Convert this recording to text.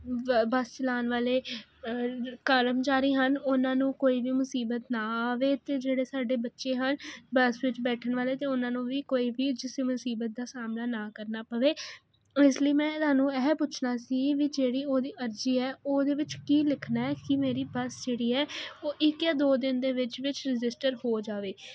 ਬੱਸ ਚਲਾਉਣ ਵਾਲੇ ਕਰਮਚਾਰੀ ਹਨ ਉਹਨਾਂ ਨੂੰ ਕੋਈ ਵੀ ਮੁਸੀਬਤ ਨਾ ਆਵੇ ਅਤੇ ਜਿਹੜੇ ਸਾਡੇ ਬੱਚੇ ਹਨ ਬਸ ਵਿੱਚ ਬੈਠਣ ਵਾਲੇ ਅਤੇ ਉਹਨਾਂ ਨੂੰ ਵੀ ਕੋਈ ਵੀ ਜਿਸ ਮੁਸੀਬਤ ਦਾ ਸਾਹਮਣਾ ਨਾ ਕਰਨਾ ਪਵੇ ਇਸ ਲਈ ਮੈਂ ਤੁਹਾਨੂੰ ਇਹ ਪੁੱਛਣਾ ਸੀ ਵੀ ਜਿਹੜੀ ਉਹਦੀ ਅਰਜ਼ੀ ਹੈ ਉਹਦੇ ਵਿੱਚ ਕੀ ਲਿਖਣਾ ਹੈ ਕਿ ਮੇਰੀ ਬਸ ਜਿਹੜੀ ਹੈ ਉਹ ਇੱਕ ਜਾਂ ਦੋ ਦਿਨ ਦੇ ਵਿੱਚ ਵਿੱਚ ਰਜਿਸਟਰ ਹੋ ਜਾਵੇ